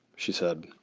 she said!